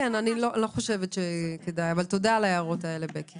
אני לא חושבת שכדאי אבל תודה על ההערות האלה, בקי.